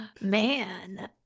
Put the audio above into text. Man